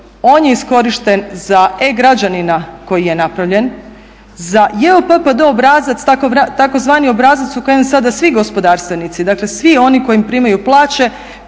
on je iskorišten za e-građanina koji je napravljen, za JPPD obrazac tzv. obrazac u kojem sada svi gospodarstvenici, dakle svi oni koji primaju plaće